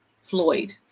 Floyd